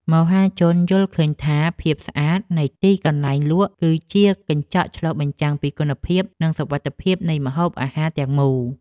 មហាជនយល់ឃើញថាភាពស្អាតនៃទីកន្លែងលក់ គឺជាកញ្ចក់ឆ្លុះបញ្ចាំងពីគុណភាពនិងសុវត្ថិភាពនៃម្ហូបអាហារទាំងមូល។